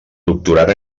doctorat